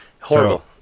horrible